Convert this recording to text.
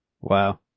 Wow